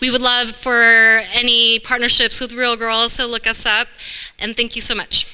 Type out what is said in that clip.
we would love for any partnerships with real girls to look us up and thank you so much